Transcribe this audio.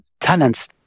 talents